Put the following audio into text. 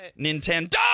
Nintendo